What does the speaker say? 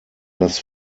dass